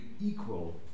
equal